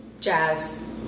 Jazz